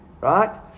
right